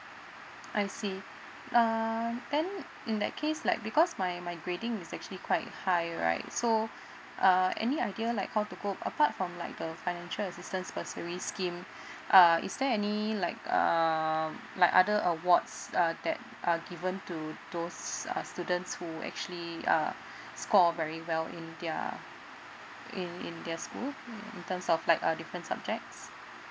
I see uh then in that case like because my my grading is actually quite high right so uh any idea like how to go apart from like uh financial assistance bursary scheme uh is there any like um like other awards err that are given to those err students who actually uh score very well in their in in their school in terms of like uh different subjects